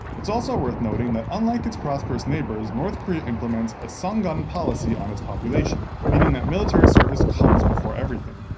it's also worth noting that unlike its prosperous neighbors, north korea implements a songun policy on its population, meaning that military service comes before everything.